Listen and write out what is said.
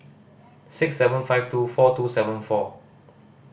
six seven five two four two seven four